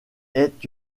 est